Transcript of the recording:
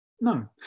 No